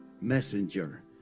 messenger